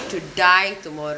to die tomorrow